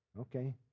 Okay